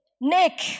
Nick